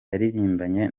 yaririmbanye